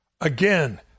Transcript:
Again